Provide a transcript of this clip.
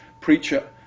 preacher